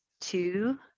two